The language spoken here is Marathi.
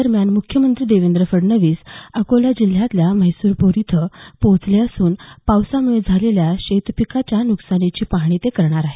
दरम्यान मुख्यमंत्री देवेंद्र फडणवीस अकोला जिल्ह्यातल्या म्हैसरपूर इथं पोहोचले असून पावसामुळे झालेल्या शेतीपिकांच्या नुकसानीची पाहणी ते करणार आहेत